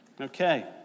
Okay